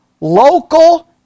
local